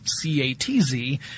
C-A-T-Z